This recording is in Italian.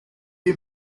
più